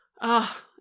Ah